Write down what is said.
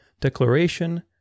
declaration